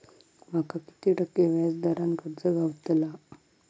माका किती टक्के व्याज दरान कर्ज गावतला?